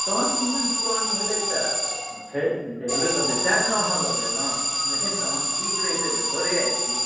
तहन इञ्जन पुरान भेलै तऽ छै ई तऽ हेबे करतै तैँ ने अहाँ लग एलहुँ नहि तऽ तहन ठीक रहितहुँ तऽ थोड़े ऐबतियै